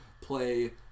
play